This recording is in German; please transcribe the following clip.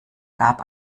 gab